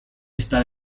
está